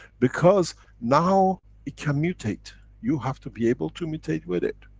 because now it can mutate. you have to be able to mutate with it.